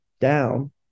down